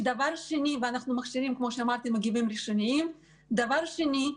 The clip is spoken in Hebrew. ואנחנו מכשירים מגיבים ראשוניים, דבר שני,